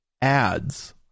ads